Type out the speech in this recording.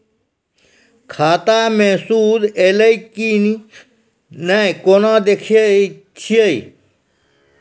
खाता मे सूद एलय की ने कोना देखय छै?